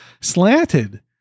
slanted